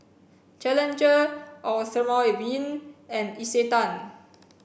Challenger Eau Thermale Avene and Isetan